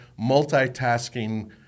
multitasking